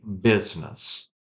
business